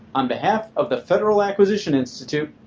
on behalf of the federal acquisition institute.